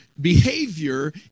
behavior